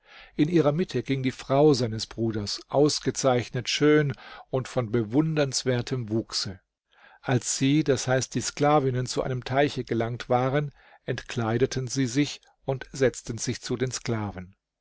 in ihrer mitte ging die frau seines bruders ausgezeichnet schön und von bewundernswertem wuchse als sie d h die sklavinnen zu einem teiche gelangt waren entkleideten sie sich und setzten sich zu den sklaven